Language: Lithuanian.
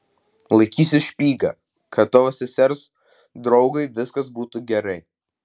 laikysiu špygą kad tavo sesers draugui viskas būtų gerai